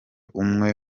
umwe